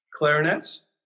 clarinets